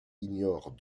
ignore